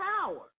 power